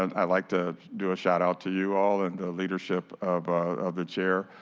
and i like to do a shout out to you all, and leadership of of the chair,